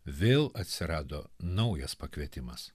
vėl atsirado naujas pakvietimas